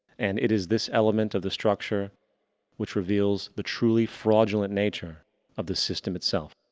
and it is this element of the structure which reveals the truly fraudulent nature of the system itself.